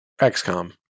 XCOM